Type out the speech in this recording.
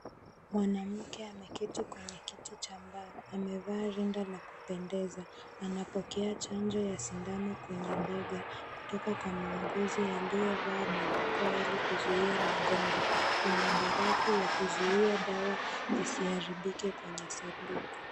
Mwanamke ameketi kwenye kiti cha mbao. Amevaa rinda la kupendeza. Anapokea chanjo ya sindano kwenye bega kutoka kwa muuguzi aliyevaa barakoa ili kuzuia magonjwa. Kuna barafu ya kuzuia dawa isiharibike kwenye sanduku.